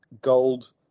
gold